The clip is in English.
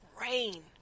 rain